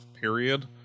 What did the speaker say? period